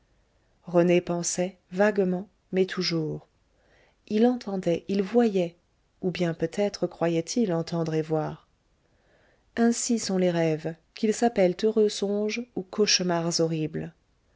rené pensait vaguement mais toujours il entendait il voyait ou bien peut-être croyait-il entendre et voir ainsi sont les rêves qu'ils s'appellent heureux songes ou cauchemars horribles